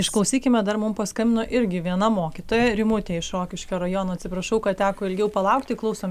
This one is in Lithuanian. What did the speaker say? išklausykime dar mum paskambino irgi viena mokytoja rimutė iš rokiškio rajono atsiprašau kad teko ilgiau palaukti klausom